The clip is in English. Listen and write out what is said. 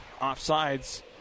Offsides